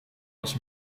was